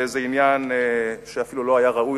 זה עניין שאפילו לא היה ראוי,